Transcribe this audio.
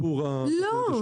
שיפור ה --- השיפוטית.